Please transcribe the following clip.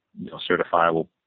certifiable